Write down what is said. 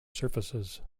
surfaces